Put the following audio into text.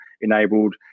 enabled